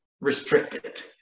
restricted